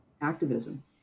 activism